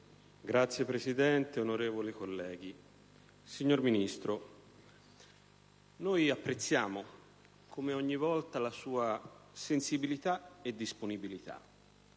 Signor Presidente, onorevoli colleghi, signor Ministro, apprezziamo come ogni volta la sua sensibilità e disponibilità;